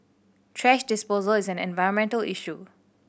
thrash disposal is an environmental issue